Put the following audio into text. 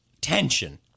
tension